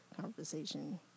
conversation